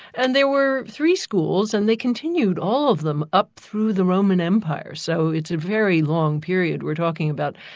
and there were three schools, and they continued, all of them, up through the roman empire, so it's a very long period we're talking about,